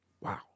Wow